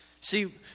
See